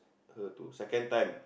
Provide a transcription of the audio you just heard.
her to second time